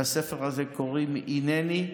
לספר הזה קוראים "הנני".